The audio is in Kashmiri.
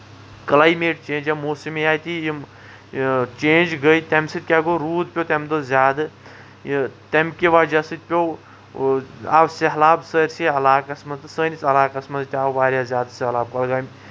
کلیمیٹ چینٛج یا موسمیاتی یِم چینج گے تَمہِ سۭتۍ کیٚاہ گوٚو روٗد پیٚوو تمہِ دوہ زیادٕ یہِ تَمہِ کہِ وجہہ سۭتۍ پیٚوو آو سہلاب سٲرسی علاقَس منٛز تہٕ سٲنِس علاقَس منٛز تہِ آو واریاہ زیادٕ سہلاب کۄلگامہِ